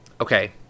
Okay